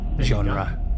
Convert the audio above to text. genre